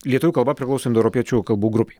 lietuvių kalba priklauso indoeuropiečių kalbų grupei